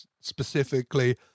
specifically